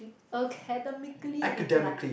academically inclined